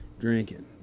drinking